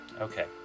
Okay